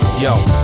Yo